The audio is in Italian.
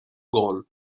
gol